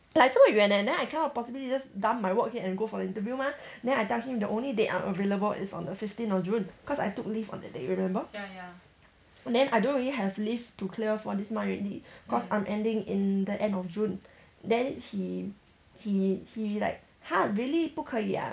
like 这么远 leh then I cannot possibly just dump my work here and go for the interview mah then I tell him the only date I'm available is on the fifteen of june cause I took leave on that day remember then I don't really have leave to clear for this month already cause I'm ending in the end of june then he he he like !huh! really 不可以啊